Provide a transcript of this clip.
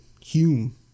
Hume